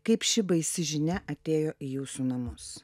kaip ši baisi žinia atėjo į jūsų namus